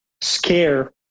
scare